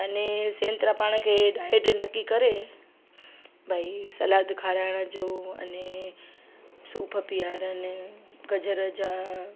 अने सैंतरा पाण खे डाइड नकी करे भई सलादु खाराइण जो अने सूप पिआरणु गजर जा